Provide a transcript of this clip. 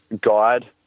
guide